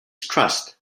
trust